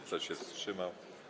Kto się wstrzymał?